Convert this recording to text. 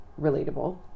relatable